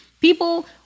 People